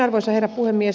arvoisa herra puhemies